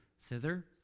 thither